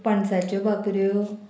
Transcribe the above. पणसाच्यो भाकऱ्यो